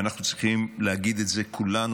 אנחנו צריכים להגיד את זה כולנו,